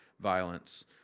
violence